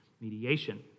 mediation